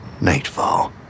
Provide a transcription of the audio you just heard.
Nightfall